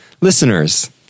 Listeners